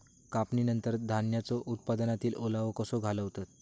कापणीनंतर धान्यांचो उत्पादनातील ओलावो कसो घालवतत?